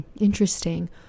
interesting